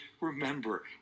remember